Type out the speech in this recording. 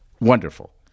wonderful